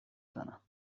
زنم